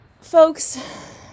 Folks